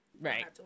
right